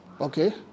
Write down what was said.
okay